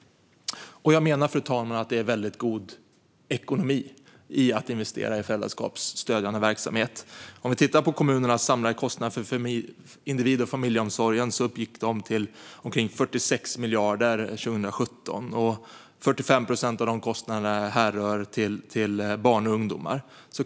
Jag menar, fru talman, att det är god ekonomi i att investera i föräldraskapsstödjande verksamhet. Kommunernas samlade kostnader för individ och familjeomsorgen uppgick till omkring 46 miljarder år 2027. 45 procent av de kostnaderna hänförs till barn och ungdomar.